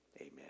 amen